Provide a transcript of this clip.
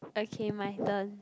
okay my turn